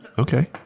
Okay